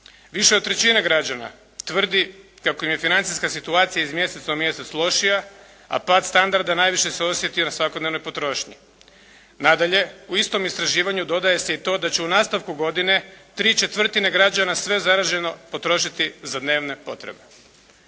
Više od trećine građana tvrdi kako im je financijska situacija iz mjeseca u mjesec lošija, a pad standarda najviše se osjeti na svakodnevnoj potrošnji. Nadalje, u isto istraživanju dodaje se i to da će u nastavku godine tri četvrtine građana sve zarađeno potrošiti za dnevne potrebe.